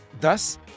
thus